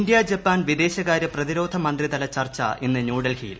India Japan വിദേ്ശകാര്യ പ്രതിരോധ മന്ത്രിതല ചർച്ച ഇന്ന് ന്യൂഡൽഹിയിൽ